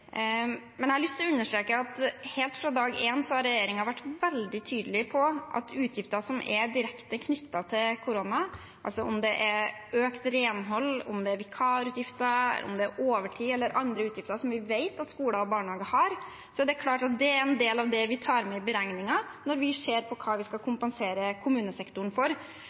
Men jeg har lyst til å understreke at helt fra dag én har regjeringen vært veldig tydelig på at utgifter som er direkte knyttet til korona – om det er økt renhold, om det er vikarutgifter, om det er overtidsutgifter, eller om det er andre utgifter som vi vet at skoler og barnehager har – helt klart er en del av det vi tar med i beregningen når vi ser på hva vi skal kompensere kommunesektoren for.